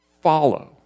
follow